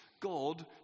God